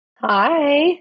Hi